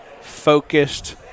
focused